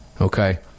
okay